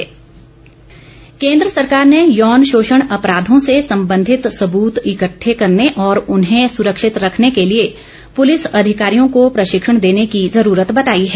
police प्रशिक्षण केन्द्र सरकार ने यौन शोषण अपराधों से संबंधित सबूत इकट्डे करने और उन्हें सुरक्षित रखने के लिए पुलिस अधिकारियों को प्रशिक्षण देने की जरूरत बताई है